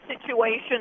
situation